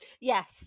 yes